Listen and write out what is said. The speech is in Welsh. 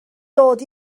dod